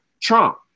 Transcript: Trump